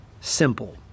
simple